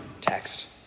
text